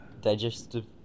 digestive